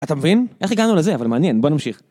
אתה מבין? איך הגענו לזה? אבל מעניין, בוא נמשיך.